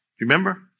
Remember